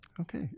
Okay